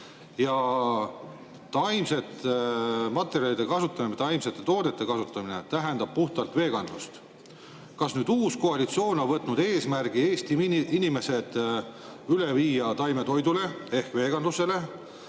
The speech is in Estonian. taimsete materjalide ja taimsete toodete kasutamine tähendab puhtalt veganlust. Kas uus koalitsioon on võtnud eesmärgi viia Eesti inimesed üle taimetoidule ehk veganlusele?